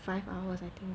five hours I think